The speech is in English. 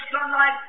sunlight